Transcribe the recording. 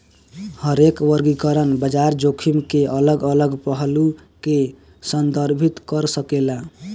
हरेक वर्गीकरण बाजार जोखिम के अलग अलग पहलू के संदर्भित कर सकेला